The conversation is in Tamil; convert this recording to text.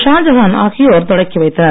ஷாஜஹான் ஆகியோர் தொடக்கிவைத்தனர்